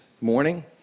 morning